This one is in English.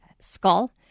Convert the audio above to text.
skull